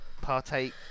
partake